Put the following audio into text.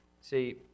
See